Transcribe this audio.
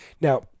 Now